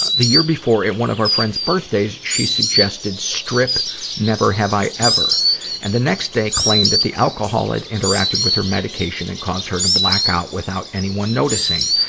ah the year before, at one of our friend's birthdays, she suggested strip never have i ever and the next day claimed that the alcohol had interacted with her medication and caused her to black out without anyone noticing.